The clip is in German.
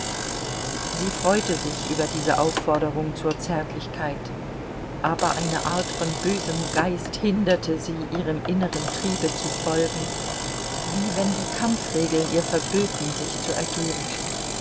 sie freute sich über diese aufforderung zur zärtlichkeit aber eine art von bösem geist hinderte sie ihrem inneren triebe zu folgen wie wenn die kampfregeln ihr verböten sich zu ergeben